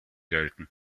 gelten